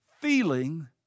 feeling